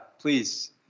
please